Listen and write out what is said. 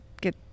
get